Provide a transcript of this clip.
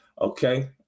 Okay